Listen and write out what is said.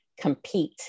compete